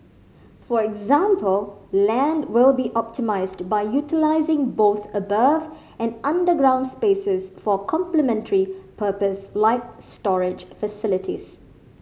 for example land will be optimised by utilising both above and underground spaces for complementary purpose like storage facilities